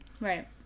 Right